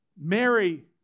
Mary